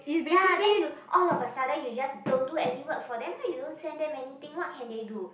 ya then you all of a sudden you just don't do any work for them ah you don't send them anything what can they do